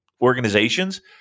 organizations